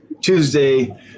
Tuesday